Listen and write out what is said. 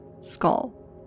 skull